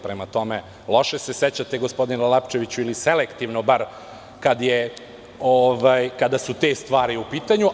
Prema tome, loše se sećate gospodine Lapčeviću ili bar selektivno kada su te stvari u pitanju.